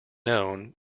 known